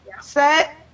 Set